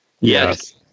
Yes